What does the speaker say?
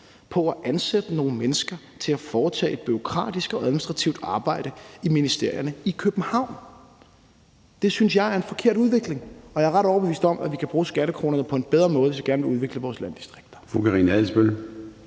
på at ansætte nogle mennesker til at foretage et bureaukratisk og administrativt arbejde i ministerierne i København. Det synes jeg er en forkert udvikling, og jeg er ret overbevist om, at vi kan bruge skattekronerne på en bedre måde, hvis vi gerne vil udvikle vores landdistrikter.